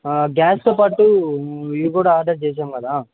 గ్యాస్తో పాటు ఇవి కూడా ఆర్డర్ చేసాం కదా